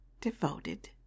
devoted